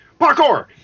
Parkour